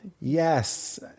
yes